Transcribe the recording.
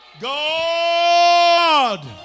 God